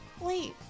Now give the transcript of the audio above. Wait